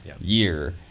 year